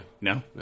No